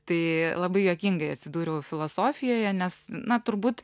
tai labai juokingai atsidūriau filosofijoje nes na turbūt